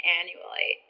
annually